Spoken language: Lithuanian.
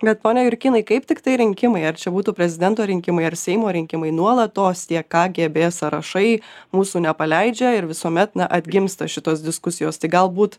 bet pone jurkynai kaip tiktai rinkimai ar čia būtų prezidento rinkimai ar seimo rinkimai nuolatos tie kgb sąrašai mūsų nepaleidžia ir visuomet na atgimsta šitos diskusijos tai galbūt